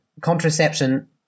contraception